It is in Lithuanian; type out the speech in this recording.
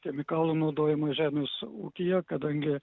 chemikalų naudojimas žemės ūkyje kadangi